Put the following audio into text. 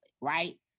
right